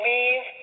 Leave